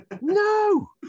No